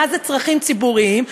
מה הם צרכים ציבוריים,